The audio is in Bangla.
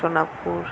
সোনাপুর